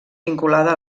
vinculada